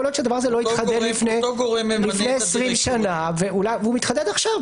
יכול להיות שהדבר הזה לא התחדד לפני 20 שנה והוא מתחדד עכשיו.